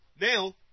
now